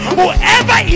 whoever